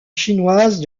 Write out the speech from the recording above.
chinoise